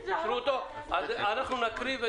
אז נקריא.